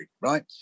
right